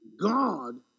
God